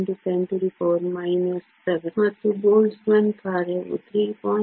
06 x 10 7 ಮತ್ತು Boltzmann ಕಾರ್ಯವು 3